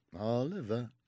Oliver